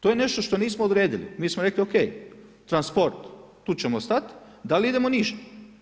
To je nešto što nismo odredili, mi smo rekli o.k. transport tu ćemo stat, da li idemo niže.